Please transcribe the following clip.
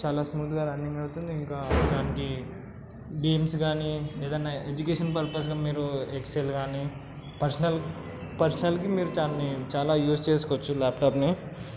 చాలా స్మూత్ గా రన్నింగ్ అవుతుంది ఇంకా దానికి బీమ్స్ కానీ ఏదన్నా ఎడ్యుకేషనల్ పర్పస్గా మీరు ఎక్సెల్ కానీ పర్సనల్ పర్సనల్కి మీరు దాన్ని చాలా యూస్ చేసుకోవచ్చు ల్యాప్టాప్ని